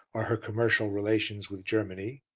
are her commercial relations with germany.